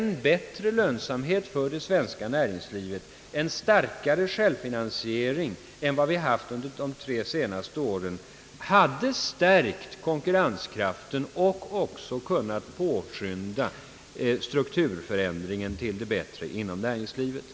Bättre lönsamhet och en större självfinansiering för det svenska näringslivet än vi haft under de tre senaste åren hade stärkt konkurrenskraften och också kunnat påskynda strukturförändringen inom näringslivet.